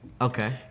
Okay